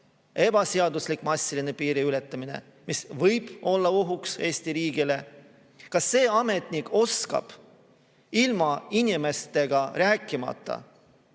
ebaseaduslik massiline piiriületamine, mis võib olla ohuks Eesti riigile, oskab ilma inimestega rääkimata,